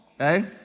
okay